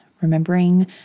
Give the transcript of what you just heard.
remembering